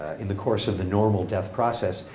in the course of the normal death-process,